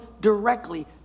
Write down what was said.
directly